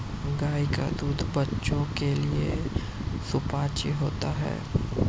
गाय का दूध बच्चों के लिए सुपाच्य होता है